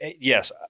yes